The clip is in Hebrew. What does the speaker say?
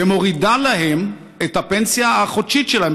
ומורידה להם את הפנסיה החודשית שלהם,